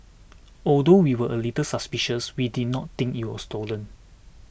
although we were a little suspicious we did not think it was stolen